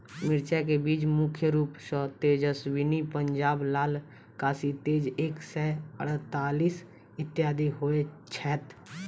मिर्चा केँ बीज मुख्य रूप सँ तेजस्वनी, पंजाब लाल, काशी तेज एक सै अड़तालीस, इत्यादि होए छैथ?